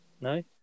No